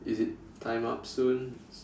is it time up soon